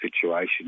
situation